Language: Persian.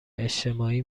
اجتماعی